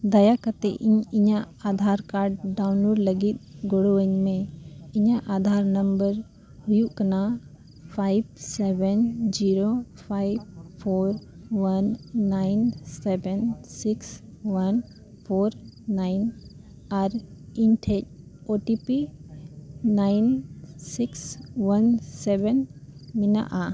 ᱫᱟᱭᱟ ᱠᱟᱛᱮᱫ ᱤᱧ ᱤᱧᱟᱹᱜ ᱞᱟᱹᱜᱤᱫ ᱜᱚᱲᱚᱣᱟᱹᱧ ᱢᱮ ᱤᱧᱟᱹᱜ ᱦᱩᱭᱩᱜ ᱠᱟᱱᱟ five seven zero five four one nine seven six one four nine ᱟᱨ ᱤᱧ then nine six one seven ᱢᱮᱱᱟᱜᱼᱟ